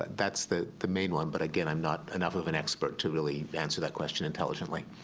that's the the main one. but, again, i'm not enough of an expert to really answer that question intelligently.